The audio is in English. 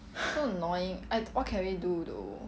so annoying what what can we do though